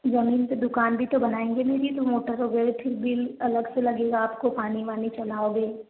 जमीन में दुकान भी तो बनाएँगे तो मोटर का भी फिर बिल अलग से लगेगा आपको पानी वानी चलाओगे